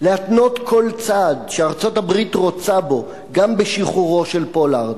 להתנות כל צעד שארצות-הברית רוצה בו גם בשחרורו של פולארד.